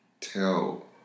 tell